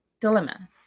dilemma